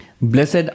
Blessed